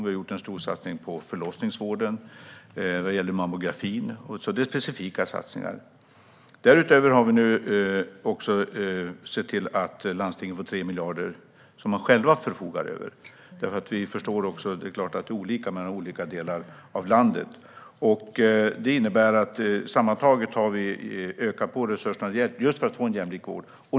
Vi har gjort stora satsningar på förlossningsvården och mammografin. Därutöver får landstingen 3 miljarder som de själva förfogar över, för det är självklart olika i olika delar av landet. Vi har alltså ökat resurserna för att få en jämlik vård.